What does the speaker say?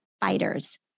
fighters